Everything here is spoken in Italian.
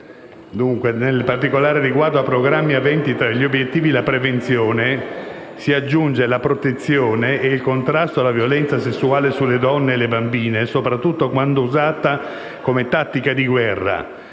con particolare riguardo a programmi aventi tra gli obiettivi la prevenzione, la protezione e il contrasto alla violenza sessuale sulle donne e le bambine, soprattutto quando usata con tattica di guerra,